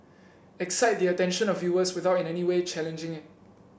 excite the attention of viewers without in any way challenging it